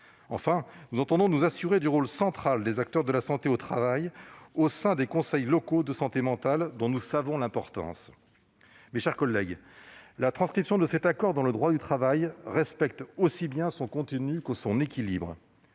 Enfin, nous entendons nous assurer du rôle central des acteurs de la santé au travail au sein des conseils locaux de santé mentale, dont nous savons l'importance. Mes chers collègues, la transcription dans la loi de l'ANI respecte aussi bien son contenu que son équilibre.